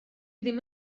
ddim